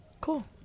cool